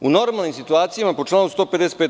U normalnim situacijama po članu 155.